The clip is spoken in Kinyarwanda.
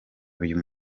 uyu